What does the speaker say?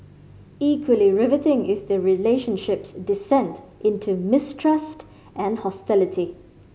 equally riveting is the relationship's descent into mistrust and hostility